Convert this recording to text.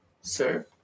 sir